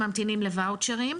שממתינים לואוצ'רים,